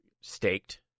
staked